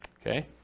Okay